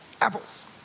apples